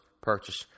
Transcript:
purchase